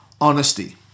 honesty